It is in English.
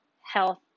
health